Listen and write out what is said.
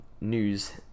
news